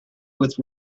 with